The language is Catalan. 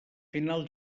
final